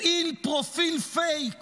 הפעיל פרופיל פייק